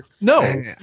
No